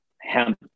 hemp